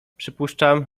przypuszczam